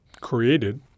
created